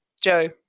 Joe